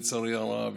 לצערי הרב,